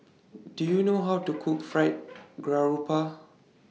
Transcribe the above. Do YOU know How to Cook Fried Garoupa